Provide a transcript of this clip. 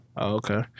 Okay